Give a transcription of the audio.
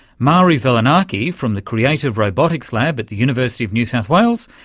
mari velonaki from the creative robotics lab at the university of new south wales,